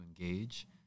engage